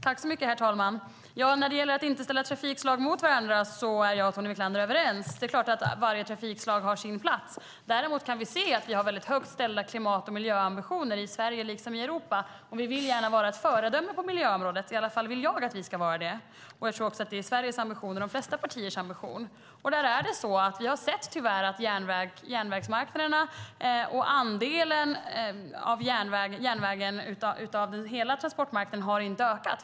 Herr talman! När det gäller att inte ställa trafikslagen mot varandra är vi överens. Det är klart att varje trafikslag har sin plats. Däremot har vi väldigt högt ställda klimat och miljöambitioner i Sverige liksom i Europa. Vi vill vara ett föredöme på miljöområdet, i alla fall vill jag att vi ska vara det. Jag tror att det är Sveriges ambition och de flesta partiers ambition. Vi har tyvärr sett att järnvägsmarknaderna och andelen av järnväg av hela transportmarknaden inte har ökat.